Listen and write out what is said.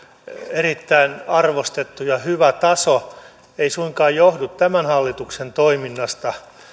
erittäin arvostettu ja hyvä taso ei suinkaan johdu tämän hallituksen toiminnasta